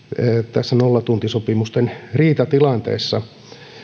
tässä nollatuntisopimusten riitatilanteessa